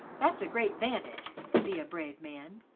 that's a great vantage, to be a brave man.